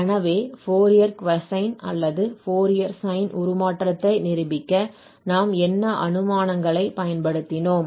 எனவே Fourier cosine அல்லது Fourier sine உருமாற்றத்தை நிரூபிக்க நாம் என்ன அனுமானங்களைப் பயன்படுத்தினோம்